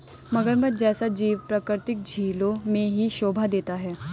मगरमच्छ जैसा जीव प्राकृतिक झीलों में ही शोभा देता है